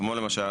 כמו למשל?